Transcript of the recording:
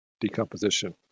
Decomposition